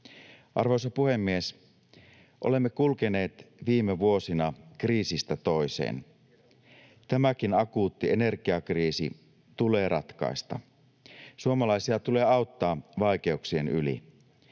Arvoisa puhemies! Olemme kulkeneet viime vuosina kriisistä toiseen. Tämäkin akuutti energiakriisi tulee ratkaista. Suomalaisia tulee auttaa vaikeuksien yli.